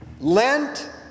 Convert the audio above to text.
Lent